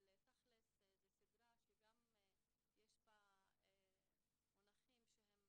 אבל תכל'ס זו סדרה שגם יש בה מונחים שהם